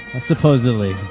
supposedly